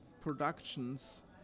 productions